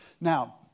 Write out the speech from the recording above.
Now